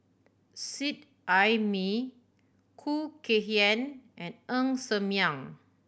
Seet Ai Mee Khoo Kay Hian and Ng Ser Miang